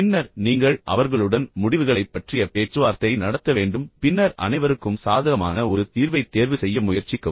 பின்னர் நீங்கள் அவர்களுடன் முடிவுகளை பற்றிய பேச்சுவார்த்தை நடத்த வேண்டும் பின்னர் அனைவருக்கும் சாதகமான ஒரு தீர்வைத் தேர்வு செய்ய முயற்சிக்கவும்